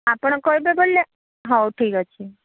ଆପଣ କହିବେ ବୋଇଲେ ହଉ ଠିକ୍ ଅଛି